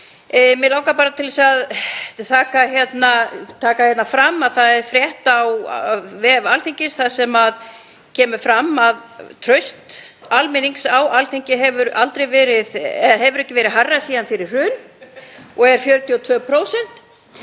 Mig langar bara til taka fram að það er frétt á vef Alþingis þar sem kemur fram að traust almennings á Alþingi hefur ekki verið hærra síðan fyrir hrun og er nú 42%.